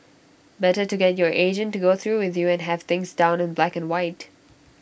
better to get your agent to go through with you and have things down in black and white